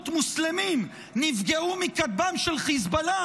מוסלמים נפגעו מכתב"ם של חיזבאללה,